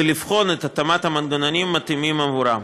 ולבחון את התאמת המנגנונים המתאימים עבורם.